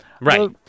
Right